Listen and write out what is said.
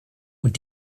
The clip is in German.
und